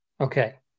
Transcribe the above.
Okay